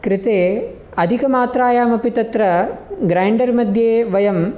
कृते अधिकमात्रायामपि तत्र ग्रैण्डर् मध्ये वयं